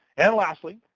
and lastly,